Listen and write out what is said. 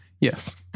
Yes